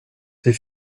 ses